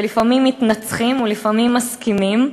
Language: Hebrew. לפעמים מתנצחים ולפעמים מסכימים.